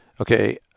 Okay